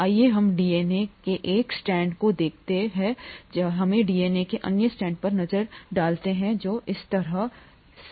आइए हम डीएनए के एक स्ट्रैंड को देखें यहाँ इस तरह हमें डीएनए के अन्य स्ट्रैंड पर नज़र डालते हैं जो इस तरह है